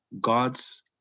God's